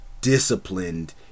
disciplined